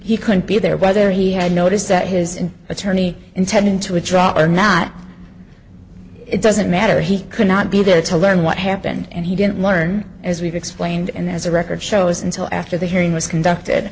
he couldn't be there whether he had noticed that his attorney intended to withdraw or not it doesn't matter he could not be there to learn what happened and he didn't learn as we've explained and as the record shows until after the hearing was